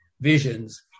visions